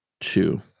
two